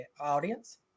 audience